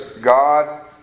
God